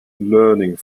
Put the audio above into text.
learning